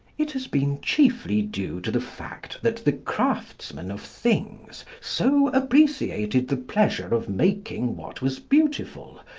it has been chiefly due to the fact that the craftsmen of things so appreciated the pleasure of making what was beautiful,